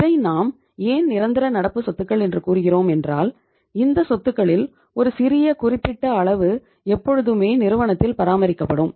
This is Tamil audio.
இதை நாம் ஏன் நிரந்தர நடப்பு சொத்துக்கள் என்று கூறுகிறோம் என்றால் இந்த சொத்துக்களில் ஒரு சிறிய குறிப்பிட்ட அளவு எப்பொழுதுமே நிறுவனத்தில் பராமரிக்கப்படும்